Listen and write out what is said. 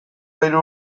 hiru